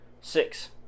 six